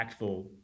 impactful